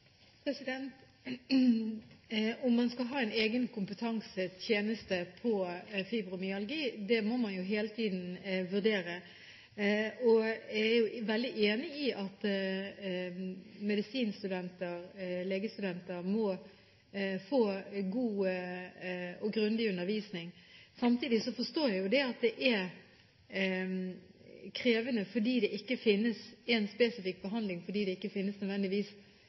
Om man skal ha en egen kompetansetjeneste på fibromyalgi, må man hele tiden vurdere. Jeg er helt enig i at legestudenter må få god og grundig undervisning. Samtidig forstår jeg jo at det er krevende fordi det ikke finnes én spesifikk behandling, og fordi det ikke nødvendigvis finnes